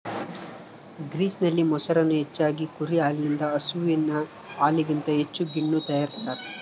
ಗ್ರೀಸ್ನಲ್ಲಿ, ಮೊಸರನ್ನು ಹೆಚ್ಚಾಗಿ ಕುರಿ ಹಾಲಿನಿಂದ ಹಸುವಿನ ಹಾಲಿಗಿಂತ ಹೆಚ್ಚು ಗಿಣ್ಣು ತಯಾರಿಸ್ತಾರ